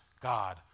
God